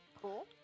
Cool